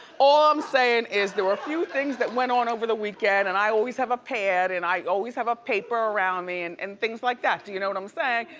all i'm sayin' is there were a few things that went on over the weekend and i always have a pad and i always have a paper me and and things like that, do you know what i'm sayin'?